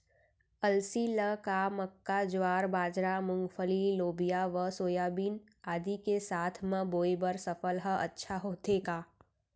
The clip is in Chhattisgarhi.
अलसी ल का मक्का, ज्वार, बाजरा, मूंगफली, लोबिया व सोयाबीन आदि के साथ म बोये बर सफल ह अच्छा होथे का?